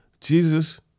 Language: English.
Jesus